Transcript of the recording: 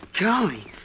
Golly